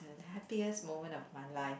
the happiest moment of my life